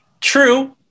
true